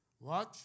Watch